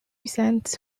cents